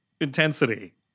intensity